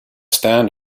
stand